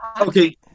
Okay